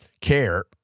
care